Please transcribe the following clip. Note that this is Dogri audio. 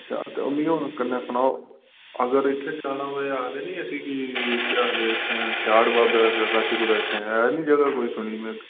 अच्छा ते मिगी हून कने सनाओ अगर इत्थै जाना होऐ इसी आखदे ना कि केह् आखदे न स्याढ़ बाबे दा है ना जगह कोई में सुनी